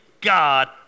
God